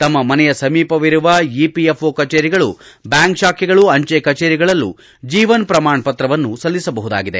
ತಮ್ಮ ಮನೆಯ ಸಮೀಪವಿರುವ ಇಪಿಎಫ್ಓ ಕಚೇರಿಗಳು ಬ್ಯಾಂಕ್ ಶಾಖೆಗಳು ಅಂಜೆ ಕಚೇರಿಗಳಲ್ಲೂ ಜೀವನ್ ಪ್ರಮಾಣ್ ಪತ್ರವನ್ನು ಸಲ್ಲಿಸಬಹುದಾಗಿದೆ